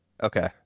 Okay